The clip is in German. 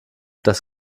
das